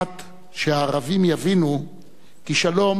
עד שהערבים יבינו כי שלום